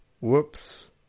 whoops